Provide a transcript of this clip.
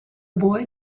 boy